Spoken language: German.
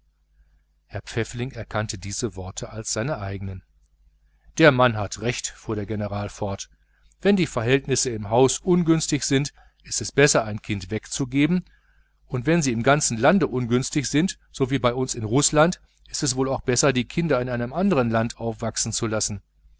herr pfäffling erkannte diese worte als seine eigenen der mann hat recht fuhr der general fort wenn die verhältnisse im haus ungünstig sind ist es besser ein kind wegzugeben und wenn sie im ganzen land ungünstig sind so wie bei uns in rußland so ist es wohl auch besser die kinder in einem andern land aufwachsen zu lassen